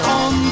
on